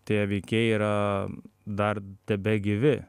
tie veikėjai yra dar tebegyvi